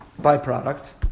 byproduct